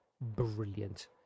brilliant